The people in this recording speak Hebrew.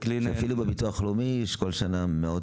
-- שאפילו בביטוח הלאומי יש מאות